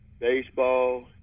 Baseball